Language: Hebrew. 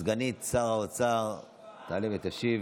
סגנית שר האוצר תעלה ותשיב,